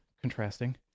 contrasting